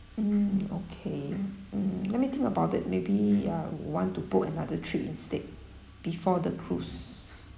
mm okay mm let me think about it maybe I want to book another trip instead before the cruise